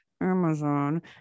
amazon